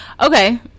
Okay